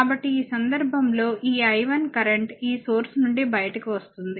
కాబట్టి ఈ సందర్భంలో ఈ I1 కరెంట్ ఈ సోర్స్ నుండి బయటకు వస్తుంది